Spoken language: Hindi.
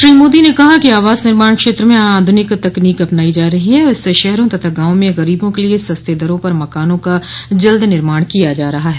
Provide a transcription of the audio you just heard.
श्री मोदी ने कहा कि आवास निर्माण क्षेत्र में आध्निक तकनीक अपनायी जा रही है और इससे शहरों तथा गांवा में गरीबों के लिए सस्ते दरों पर मकानों का जल्द निर्माण किया जा रहा है